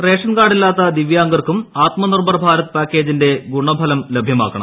ration കാർഡില്ലാത്ത ദിവ്യാംഗർക്കും ആത്മനിർഭർ ഭാരത് പാക്കേജിന്റെ ഗുണഫലം ലഭ്യമാക്കണം